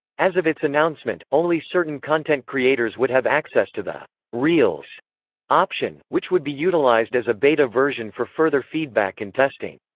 as of its announcement, only certain content creators would have access to the reels option, which would be utilized as a beta-version for further feedback and testing.